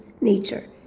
nature